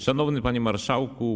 Szanowny Panie Marszałku!